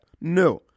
No